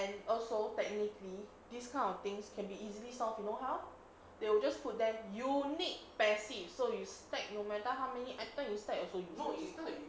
and also technically this kind of things can be easily solve you know how they will just put them you need passive so you stack no matter how many items you will stack actually